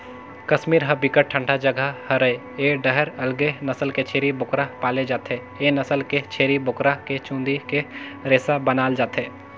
कस्मीर ह बिकट ठंडा जघा हरय ए डाहर अलगे नसल के छेरी बोकरा पाले जाथे, ए नसल के छेरी बोकरा के चूंदी के रेसा बनाल जाथे